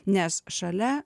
nes šalia